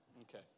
Okay